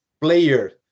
player